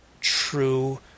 true